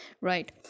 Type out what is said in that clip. right